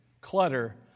clutter